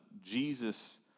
Jesus